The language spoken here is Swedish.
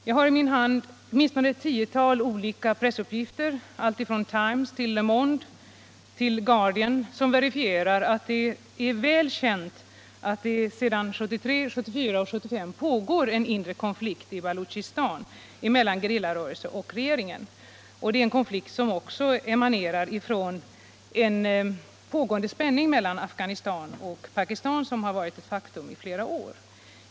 Jag har i min hand åtminstone ett tiotal olika pressuppgifter alltifrån The Times till Le Monde och The Guardian som verifierar att det är väl känt att det sedan 1973 pågår en inre konflikt i Baluchistan mellan gerillarörelser och regeringen. Det är en konflikt som också emanerar från den pågående spänning mellan Afghanistan och Pakistan som varit ett känt faktum i flera år.